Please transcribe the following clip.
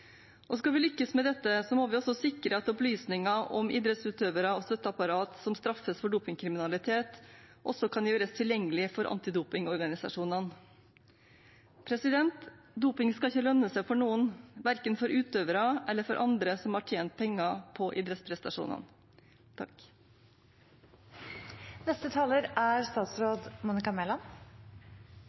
Skal vi lykkes med dette, må vi sikre at opplysninger om idrettsutøvere og støtteapparat som straffes for dopingkriminalitet, også kan gjøre tilgjengelige for antidopingorganisasjonene. Doping skal ikke lønne seg for noen, verken for utøvere eller for andre som har tjent penger på idrettsprestasjonene. Jeg er selvsagt helt enig i ønsket om en dopingfri idrett. Bruk av dopingmidler er